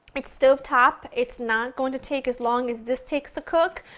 it's stove top, it's not going to take as long as this takes to cook,